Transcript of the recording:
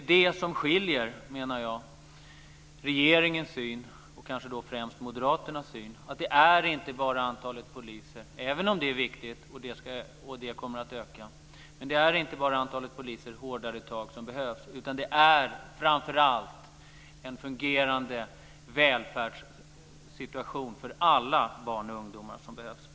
Det som jag menar skiljer regeringens syn från kanske främst moderaternas syn är att det inte bara handlar om antalet poliser, även om det är viktigt och kommer att öka. Men det är inte bara fler poliser och hårdare tag som behövs, utan det är framför allt en fungerande välfärdssituation för alla barn och ungdomar som behövs.